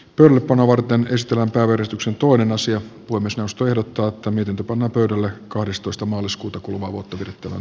turku nuorten ystävänpäiväristuksen tuoda asian puimista ostojen tuottamisen tapana pedolle kahdestoista maaliskuuta kuluvaa vuotta virtanen